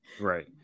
right